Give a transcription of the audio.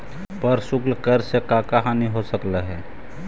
प्रशुल्क कर से का का हानि हो सकलई हे